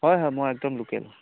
হয় হয় মই একদম লোকেল